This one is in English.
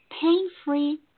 pain-free